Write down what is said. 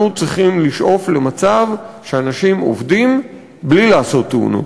אנחנו צריכים לשאוף למצב שאנשים עובדים בלי לעשות תאונות,